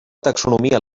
taxonomia